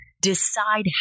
decide